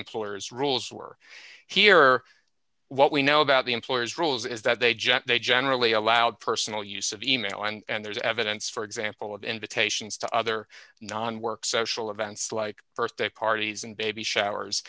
employer's rules were here or what we know about the employer's rules is that they just they generally allowed personal use of e mail and there's evidence for example of invitations to other non work social events like birthday parties and baby showers